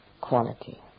quality